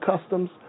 customs